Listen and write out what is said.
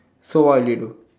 so what will you do